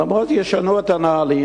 למרות זאת ישנו את הנהלים.